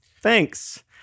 Thanks